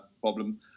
problem